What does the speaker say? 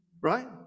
right